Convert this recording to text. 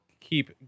keep